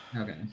Okay